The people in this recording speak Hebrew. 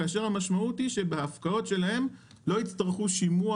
כאשר המשמעות היא שבהפקעות שלהם לא יצטרכו שימוע